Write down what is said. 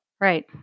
right